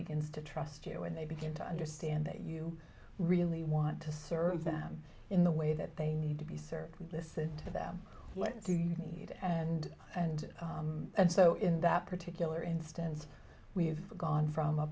begins to trust you and they begin to understand that you really want to serve them in the way that they need to be served listen to them what do you need and and and so in that particular instance we've gone from a